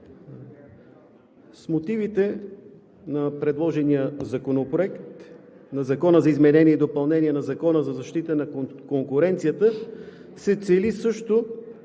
С мотивите на предложения законопроект на Закона за изменение и допълнение на Закона за защита на конкуренцията се цели също